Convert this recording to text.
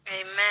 Amen